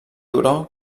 turó